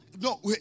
No